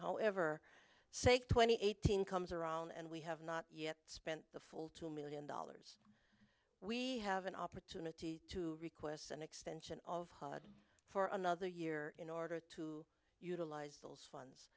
however sake twenty eighteen comes around and we have not yet spent the full two million dollars we have an opportunity to request an extension of for another year in order to utilize those